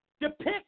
depict